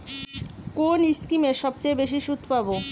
কোন স্কিমে সবচেয়ে বেশি সুদ পাব?